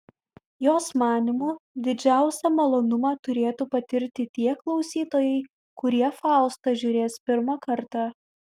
jos manymu didžiausią malonumą turėtų patirti tie klausytojai kurie faustą žiūrės pirmą kartą